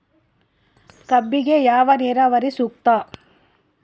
ಕಬ್ಬಿಗೆ ಯಾವ ನೇರಾವರಿ ಸೂಕ್ತ?